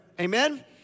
Amen